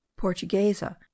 portuguesa